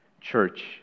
church